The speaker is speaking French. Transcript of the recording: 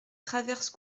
traverse